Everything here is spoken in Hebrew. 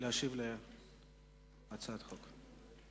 להשיב על הצעת החוק.